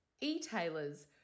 e-tailers